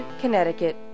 Connecticut